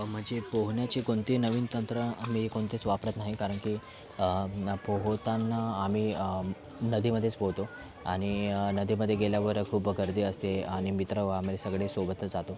म्हणजे पोहण्याचे कोणतेही नवीन तंत्र मी कोणतेच वापरत नाही कारण की पोहोताना आम्ही नदीमध्येच पोहतो आणि नदीमध्ये गेल्यावर खूप गर्दी असते आणि मित्र व आम्ही सगळे सोबतच जातो